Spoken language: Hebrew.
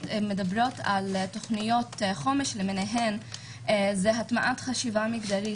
על תכניות חומש למיניהן זה הטמעת חשיבה מגדרית,